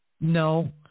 No